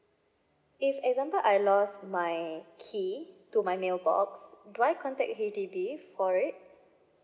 if example I lost my key to my mailbox do I contact H_D_B for it